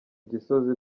gisozi